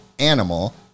animal